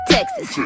Texas